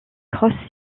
cross